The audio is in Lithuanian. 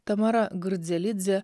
tamara gardzelidzė